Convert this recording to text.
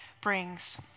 brings